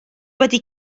wedi